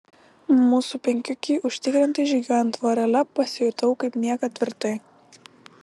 mūsų penkiukei užtikrintai žygiuojant vorele pasijutau kaip niekad tvirtai